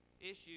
issues